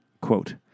Quote